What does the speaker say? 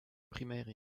primaire